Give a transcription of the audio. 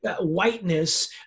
whiteness